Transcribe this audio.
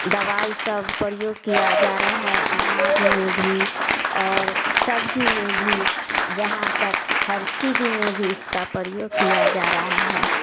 दवाई सब प्रयोग किया जा रहा है अनाज में भी और सब्जी में भी जहाँ तक हर चीज में भी इस का प्रयोग किया जा रहा है